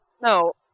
No